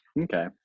Okay